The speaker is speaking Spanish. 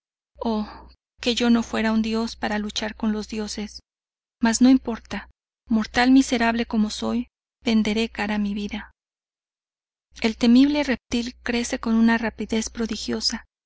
que yo no fuera un dios para luchar con los dioses mas no importa mortal miserable como soy venderé cara mi vida el temible reptil crece con una rapidez prodigiosa